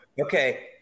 Okay